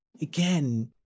Again